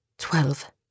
Twelve